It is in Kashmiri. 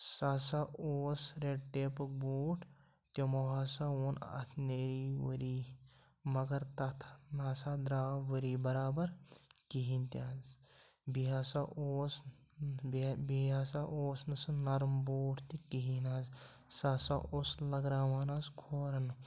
سُہ ہَسا اوس رٮ۪ڈ ٹیپُک بوٗٹ تِمَو ہَسا ووٚن اَتھ نیری ؤری مگر تَتھ نہٕ ہَسا درٛاو ؤری بَرابر کِہیٖنۍ تہِ حظ بیٚیہِ ہَسا اوس بیٚیہِ بیٚیہِ ہَسا اوس نہٕ سُہ نرم بوٗٹ تہِ کِہیٖنۍ حظ سُہ ہَسا اوس لٔگراوان حظ کھورَن